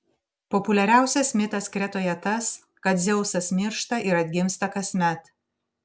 populiariausias mitas kretoje tas kad dzeusas miršta ir atgimsta kasmet